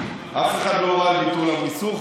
אף אחד לא הורה על ביטול המיסוך,